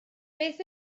beth